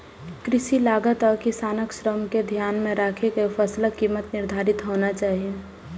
कृषि लागत आ किसानक श्रम कें ध्यान मे राखि के फसलक कीमत निर्धारित होना चाही